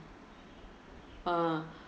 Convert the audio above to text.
ah